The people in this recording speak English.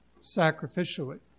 sacrificially